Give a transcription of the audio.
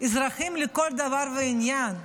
אזרחים לכל דבר ועניין.